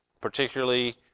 particularly